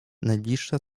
najbliższa